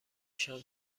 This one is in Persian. شام